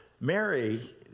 Mary